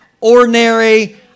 ordinary